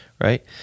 Right